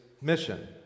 mission